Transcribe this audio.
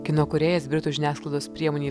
kino kūrėjas britų žiniasklaidos priemonei